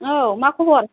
औ मा खबर